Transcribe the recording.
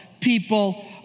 people